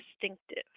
distinctive